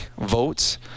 votes